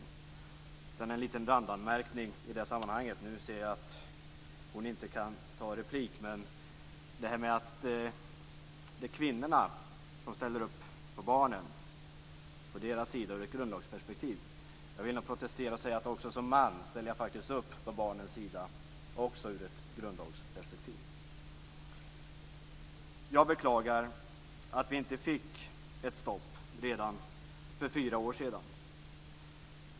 Jag har en liten randanmärkning i det sammanhanget - jag ser nu att hon inte kan ta replik - om att det är kvinnorna som ställer upp på barnens sida från ett grundlagsperspektiv. Jag vill nog protestera och säga att jag också som man faktiskt ställer upp på barnens sida, också från ett grundlagsperspektiv. Jag beklagar att vi inte fick ett stopp redan för fyra år sedan.